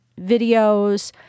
videos